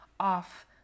off